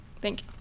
Thank